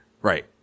Right